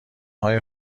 های